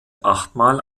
achtmal